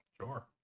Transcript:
Sure